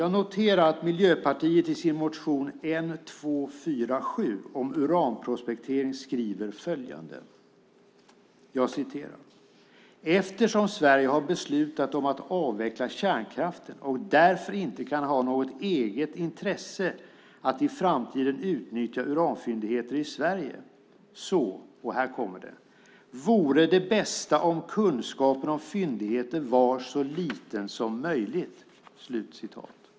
Jag noterar att Miljöpartiet i sin motion N247 om uranprospektering skriver följande: "Eftersom Sverige har beslutat om att avveckla kärnkraften och därför inte kan ha något eget intresse att i framtiden utnyttja uranfyndigheter i Sverige, så vore det bästa om kunskapen om fyndigheter var så liten som möjligt."